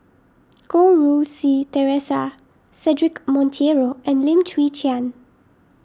Goh Rui Si theresa Cedric Monteiro and Lim Chwee Chian